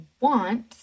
want